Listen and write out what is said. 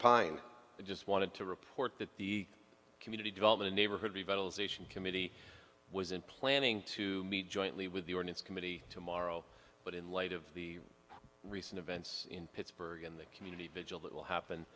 pine just wanted to report that the community development neighborhood revitalization committee was in planning to meet jointly with the ordnance committee tomorrow but in light of the recent events in pittsburgh and the community vigil that will happen